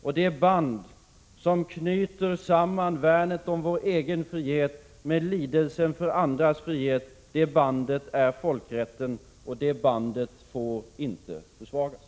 Och det band som knyter samman värnet om vår egen frihet med lidelsen för andras frihet är folkrätten. Det bandet får inte försvagas.